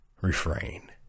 refrain